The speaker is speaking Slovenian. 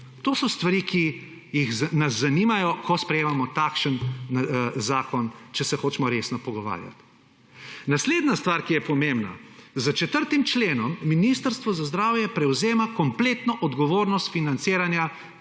To so stvari, ki nas zanimajo, ko sprejemamo takšen zakon, če se hočemo resno pogovarjati. Naslednja stvar, ki je pomembna. S 4. členom Ministrstvo za zdravje prevzema kompletno odgovornost financiranja,